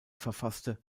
verfasste